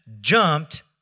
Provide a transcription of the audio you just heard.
jumped